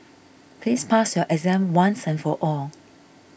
please pass your exam once and for all